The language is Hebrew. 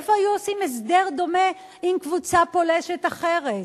איפה היו עושים הסדר דומה עם קבוצה פולשת אחרת?